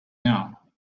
now